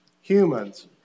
humans